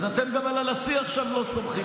אז אתם גם על הנשיא עכשיו לא סומכים.